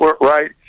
right